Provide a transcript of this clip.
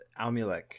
Amulek